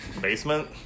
basement